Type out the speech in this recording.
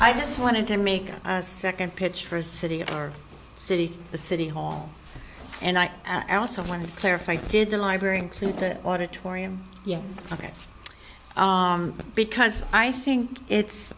i just wanted to make a second pitch for a city or city the city hall and i also want to clarify did the library include the auditorium yes because i think it's